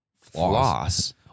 floss